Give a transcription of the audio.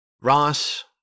Ross